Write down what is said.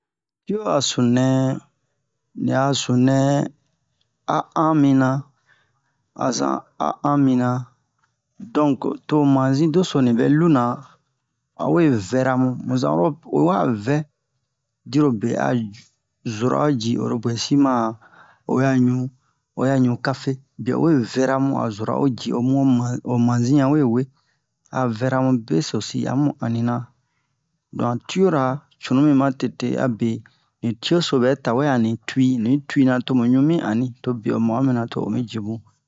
Tio a sunu nɛ ni a sunu nɛ a an mi a zan a an mina donk to manzi doso ni vɛ luna a we vɛra mu mu zan oro oyi wa vɛ dirobe a zora o ji oro bu'ɛ si ma a oyi a ɲu oyi a ɲu kafe bwɛ o we vɛramu a zora mu o ji o mu ma ho manzi yanwe we a vɛra mu besosi a mu anina don tiora cunu mi ma tete abe ni tioso bɛ tawe ani tu'i ni yi tu'ina to bie o ma'o mina to o mi jimu